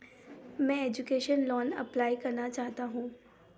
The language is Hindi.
मैं एजुकेशन लोन अप्लाई करना चाहता हूँ